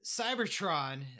cybertron